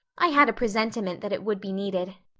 i had a presentiment that it would be needed.